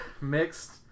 mixed